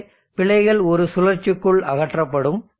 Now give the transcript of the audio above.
அங்கு பிழைகள் ஒரு சுழற்சிக்குள் அகற்றப்படும்